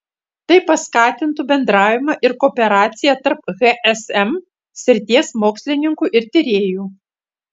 tai paskatintų bendravimą ir kooperaciją tarp hsm srities mokslininkų ir tyrėjų